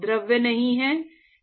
द्रव नहीं है